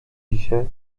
dzisiaj